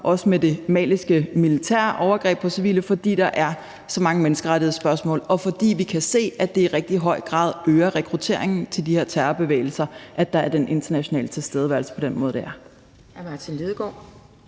også med det maliske militær og med overgreb på civile, fordi der er så mange menneskerettighedsspørgsmål, og fordi vi kan se, at det i rigtig høj grad øger rekrutteringen til de her terrorbevægelser, at der er den internationale tilstedeværelse på den måde, der er. Kl. 11:10 Anden